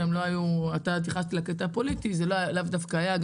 אתה התייחסת לקטע הפוליטי, זה לאו דווקא היה זה.